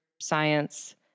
science